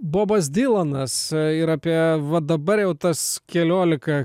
bobas dylanas ir apie va dabar jau tas keliolika